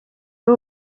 ari